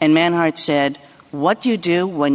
and man hart said what do you do when